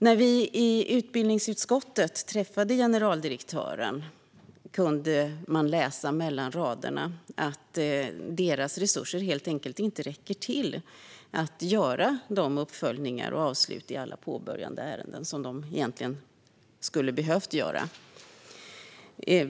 När vi i utbildningsutskottet träffade generaldirektören kunde man läsa mellan raderna att inspektionens resurser helt enkelt inte räcker till att göra de uppföljningar och avslut i alla påbörjade ärenden som de egentligen skulle ha behövt göra.